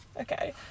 Okay